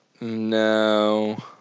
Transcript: No